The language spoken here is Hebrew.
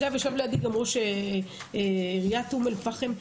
אגב ישב לידי גם ראש עיריית אום אל פחם,